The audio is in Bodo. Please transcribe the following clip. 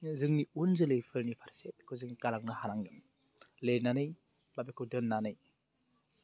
जोंनि उन जोलैफोरनि फारसे बेखौ जों गालांनो हानांगोन लिरनानै बा बेखौ दोननानै